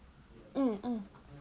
mm